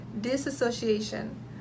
disassociation